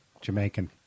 Jamaican